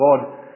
God